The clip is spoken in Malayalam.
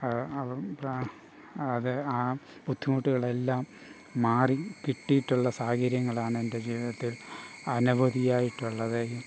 പ്രാ അത് ആ ബുദ്ധിമുട്ടുകളെല്ലാം മാറി കിറ്റിയിട്ടുള്ള സാഹചര്യങ്ങൾ ആണെൻ്റെ ജീവിതത്തിൽ അനവധിയായിട്ട് ഉള്ളത്